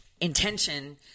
Intention